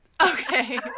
Okay